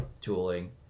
tooling